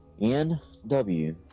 NW